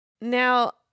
Now